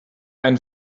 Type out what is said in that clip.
ein